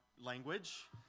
language